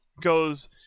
goes